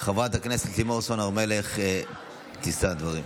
חברת הכנסת לימור סון הר מלך תישא דברים.